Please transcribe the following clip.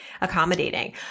accommodating